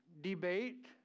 debate